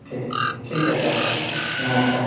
ठीक ठीक ठीक हइ सर नमस्कार